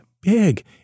big